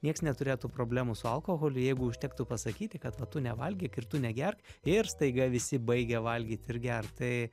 niekas neturėtų problemų su alkoholiu jeigu užtektų pasakyti kad va tu nevalgyk ir tu negerk ir staiga visi baigia valgyt ir gert tai